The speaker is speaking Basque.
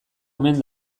omen